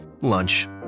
lunch